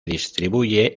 distribuye